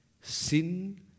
Sin